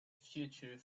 future